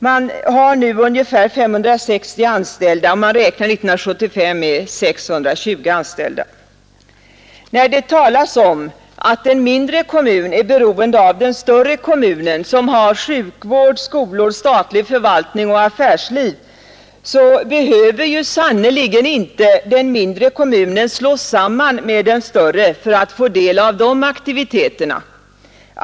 Man har nu ungefär 560 anställda och räknar år 1975 med 620 anställda. När det talas om att en mindre kommun är beroende av den större kommunen, som har sjukvård, skolor, statlig förvaltning och affärsliv, så behöver ju sannerligen inte den mindre kommunen slås samman med den större för att få del av dessa aktiviteter.